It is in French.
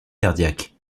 cardiaque